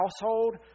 household